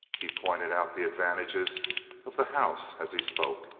he pointed out the advantages of the house as he spoke.